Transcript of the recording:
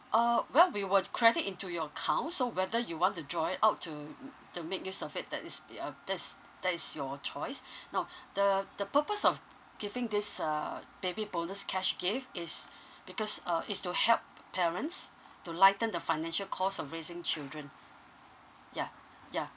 uh well we will credit into your account so whether you want to draw it out to to make use of it that is be uh that is that is your choice now the the purpose of giving this uh baby bonus cash gift is because uh is to help parents to lighten the financial cost of raising children yeah yeah